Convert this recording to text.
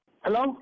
Hello